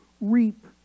reap